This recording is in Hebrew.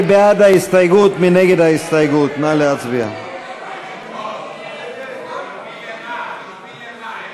ההסתייגות (32) לחלופין של חבר הכנסת עיסאווי פריג' לסעיף 12(2)